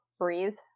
breathe